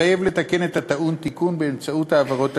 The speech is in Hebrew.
ומתחייב לתקן את הטעון תיקון באמצעות העברות תקציביות.